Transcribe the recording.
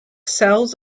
cells